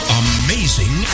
amazing